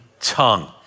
tongue